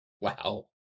Wow